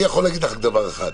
אני יכול להגיד לך דבר אחד.